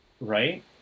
Right